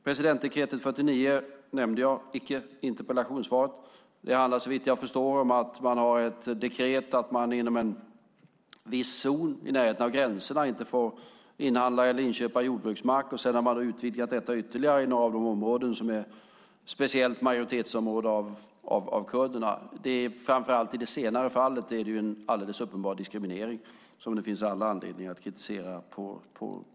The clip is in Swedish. Presidentdekret 49 nämnde jag inte i interpellationssvaret. Det handlar, såvitt jag förstår, om att man har ett dekret om att man inom en viss zon i närheten av gränserna inte får köpa jordbruksmark. Man har utvidgat det till de områden där kurderna är i majoritet. Framför allt i det senare fallet är det en uppenbar diskriminering som det finns all anledning att kritisera.